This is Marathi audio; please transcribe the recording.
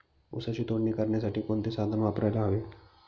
ऊसाची तोडणी करण्यासाठी कोणते साधन वापरायला हवे?